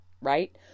right